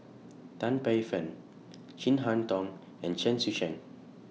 Tan Paey Fern Chin Harn Tong and Chen Sucheng